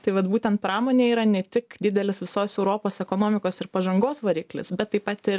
tai vat būtent pramonė yra ne tik didelis visos europos ekonomikos ir pažangos variklis bet taip pat ir